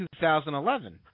2011